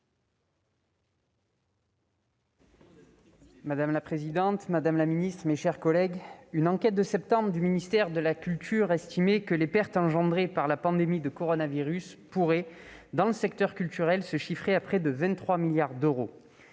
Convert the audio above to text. Madame la présidente, madame la ministre, mes chers collègues, une enquête de septembre du ministère de la culture estime que les pertes engendrées par la pandémie de coronavirus pourraient, dans le secteur culturel, se chiffrer à près de 23 milliards d'euros.